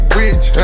rich